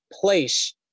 place